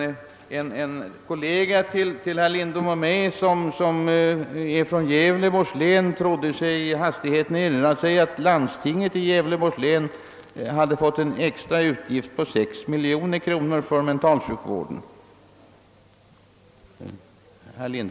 Men en kollega till herr Lindholm och mig från Gävleborgs län trodde sig i hastigheten kunna erinra sig, att landstinget i Gävleborgs län hade fått en extra utgift på 6 miljoner kronor för mentalsjukvården.